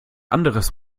anderes